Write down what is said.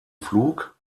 flug